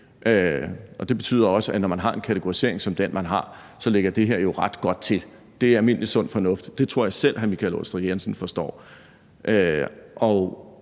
det betyder også, at når man har en kategorisering som den, man har, så ligger det her jo ret godt til. Det er almindelig sund fornuft, og det tror jeg selv hr. Michael Aastrup Jensen forstår.